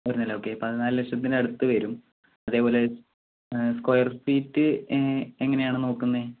ഒരു നില ഓക്കെ പതിനാല് ലക്ഷത്തിനടുത്തു വരും അതേപോലെ സ്ക്വയർഫീറ്റ് എങ്ങനെ എങ്ങനെയാണ് നോക്കുന്നത്